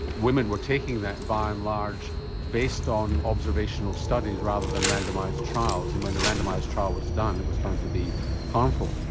women were taking that by and large based on observational studies rather than randomised trials and when the randomised trial was done it would found to be harmful.